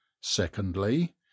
secondly